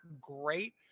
great